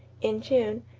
in june,